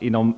Inom